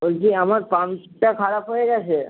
বলছি আমার পাম্পটা খারাপ হয়ে গেছে